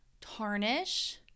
tarnish